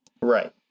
Right